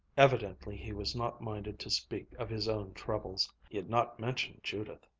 evidently he was not minded to speak of his own troubles. he had not mentioned judith.